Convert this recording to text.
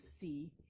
see